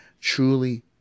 truly